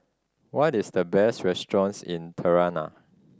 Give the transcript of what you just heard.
what is the best restaurants in Tirana